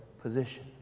position